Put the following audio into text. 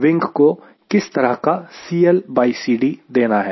wing को किस तरह का CLCD देना है